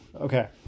Okay